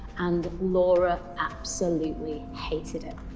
and laura absolutely hated it.